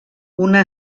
una